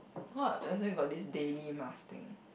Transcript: !wah! let's say got this daily mask thing